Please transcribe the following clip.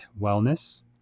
wellness